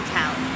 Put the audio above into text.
town